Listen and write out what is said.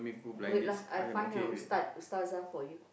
wait lah I find a Ustad Ustazah for you